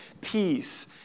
peace